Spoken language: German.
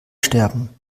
sterben